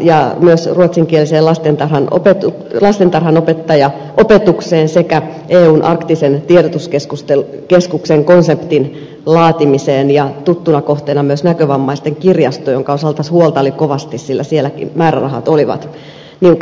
ja myös ruotsinkieliseen lastentarhanopettajaopetukseen sekä eun arktisen tiedotuskeskuksen konseptin laatimiseen ja tuttuna kohteena on myös näkövammaisten kirjasto jonka osalta huolta oli kovasti sillä siellä määrärahat olivat niukentuneet